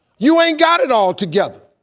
you ain't got it all together,